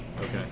okay